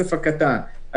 הקטן.